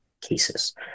cases